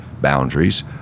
boundaries